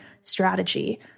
strategy